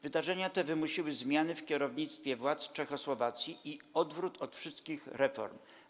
Wydarzenia te wymusiły zmiany w kierownictwie władz Czechosłowacji i odwrót od wszystkich reform.